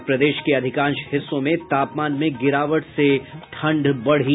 और प्रदेश के अधिकांश हिस्सों में तापमान में गिरावट से ठंड बढ़ी